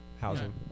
housing